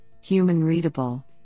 human-readable